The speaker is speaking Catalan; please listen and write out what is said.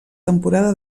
temporada